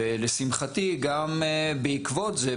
ולשמחתי בעקבות זה,